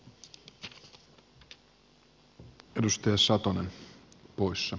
arvoisa puhemies